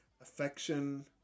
affection